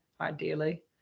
ideally